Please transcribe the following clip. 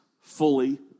fully